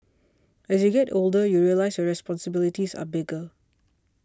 as you get older you realise your responsibilities are bigger